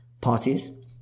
parties